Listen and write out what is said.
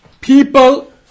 people